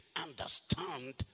understand